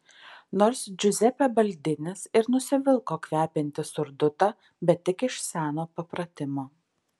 nors džiuzepė baldinis ir nusivilko kvepiantį surdutą bet tik iš seno papratimo